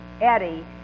Eddie